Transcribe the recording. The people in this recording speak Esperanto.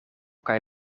kaj